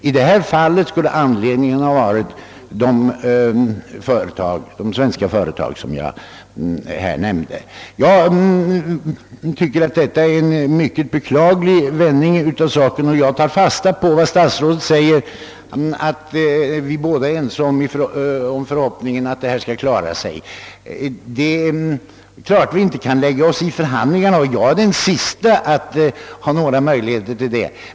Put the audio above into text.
I detta fall skulle anledningen till oenigheten ha varit de svenska företag, som jag tidigare nämnde. Jag tycker att saken har fått en mycket beklaglig vändning, men jag tar fasta på statsrådets yttrande att vi båda är ense om förhoppningen att frågan skall kunna lösas. Självfallet kan vi inte lägga oss i förhandlingarna, jag är den siste att ha några möjligheter till detta.